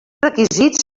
requisits